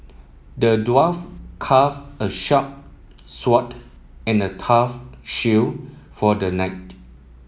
the dwarf calf a sharp sword and a tough shield for the knight